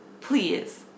Please